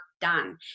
done